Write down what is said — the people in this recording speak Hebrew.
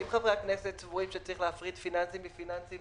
אם חברי הכנסת סבורים שצריך להפריד פיננסי מפיננסי,